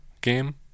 game